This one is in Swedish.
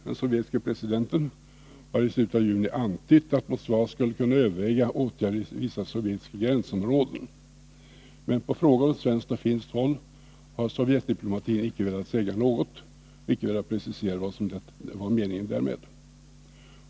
Den sovjetiske presidenten Bresjnev har i en intervju i slutet av juni antytt att Moskva skulle kunna överväga åtgärder i sovjetiska gränsområden, men på frågor från svenskt och finskt håll har Sovjetdiplomatin icke velat säga något ytterligare och precisera vad som är meningen därmed.